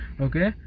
okay